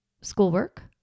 schoolwork